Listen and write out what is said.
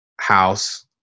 house